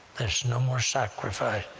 there's no more sacrifice.